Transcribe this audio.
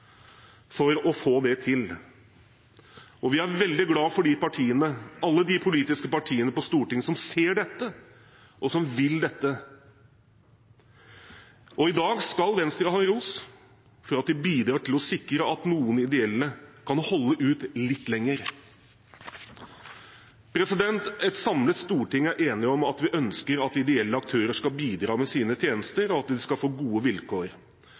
for å få det til, og vi er veldig glade for alle de politiske partiene på Stortinget som ser dette, og som vil dette. I dag skal Venstre ha ros for at de bidrar til å sikre at noen ideelle kan holde ut litt lenger. Et samlet storting er enig om at vi ønsker at ideelle aktører skal bidra med sine tjenester, og at de skal få gode vilkår.